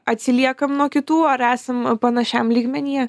atsiliekam nuo kitų ar esam panašiam lygmenyje